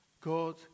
God